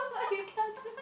retarded